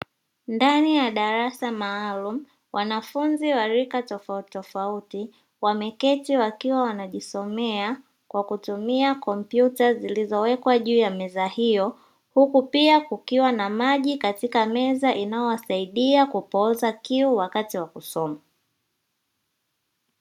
Ndani ya darasa maalum, wanafunzi wa rika tofauti tofauti wameketi wakiwa wanajisomea kwa kutumia kompyuta zilizowekwa juu ya meza, huku pia kukiwa na maji kwenye meza yanayowasaidia kupoza kiu wakati wa kusoma.